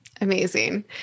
Amazing